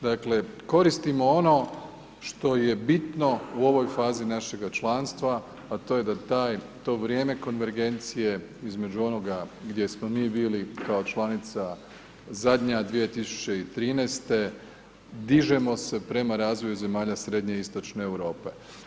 Dakle, koristimo ono što je bitno u ovoj fazi našega članstva, a to je da taj, to vrijeme konvergencije između onoga gdje smo mi bili kao članica zadnja 2013. dižemo se prema razvoju zemalja srednje i istočne Europe.